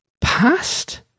past